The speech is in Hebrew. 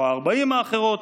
או ה-40 האחרות,